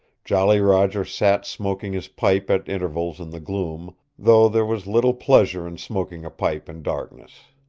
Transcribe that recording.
jolly roger sat smoking his pipe at intervals in the gloom, though there was little pleasure in smoking a pipe in darkness.